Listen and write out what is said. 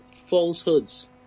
falsehoods